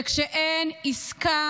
שכשאין עסקה,